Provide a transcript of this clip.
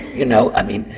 you know? i mean,